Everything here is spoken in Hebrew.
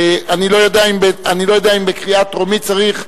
אני לא יודע אם בקריאה טרומית צריך?